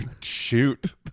Shoot